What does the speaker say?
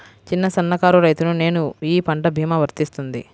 చిన్న సన్న కారు రైతును నేను ఈ పంట భీమా వర్తిస్తుంది?